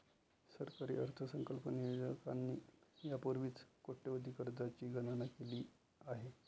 सरकारी अर्थसंकल्प नियोजकांनी यापूर्वीच कोट्यवधी कर्जांची गणना केली आहे